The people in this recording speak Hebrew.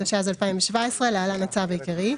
התשע"ז-2017 (להלן - הצו העיקרי),